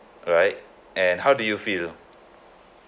right and how do you feel